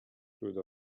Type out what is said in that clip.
through